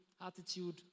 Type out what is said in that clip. attitude